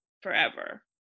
forever